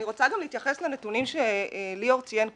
אני רוצה להתייחס לנתונים שליאור ציין קודם.